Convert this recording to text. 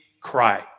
cry